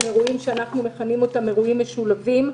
אירועים שאנחנו מכנים אותם אירועים משולבים,